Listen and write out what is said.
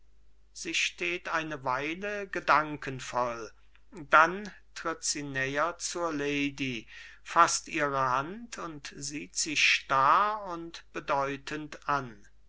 sie steht eine weile gedankenvoll dann tritt sie näher zur lady faßt ihre hand und sieht sie starr und bedeutend an